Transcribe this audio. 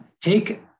take